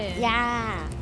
ya